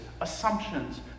assumptions